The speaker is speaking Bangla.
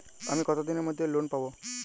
আমি কতদিনের মধ্যে লোন পাব?